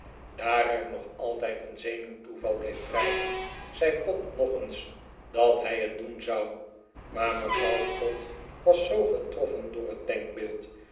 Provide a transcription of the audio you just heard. er nog altijd een zenuwtoeval bleef dreigen zei pott nog eens dat hij het doen zou maar mevrouw pott was zoo getroffen door het